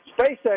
SpaceX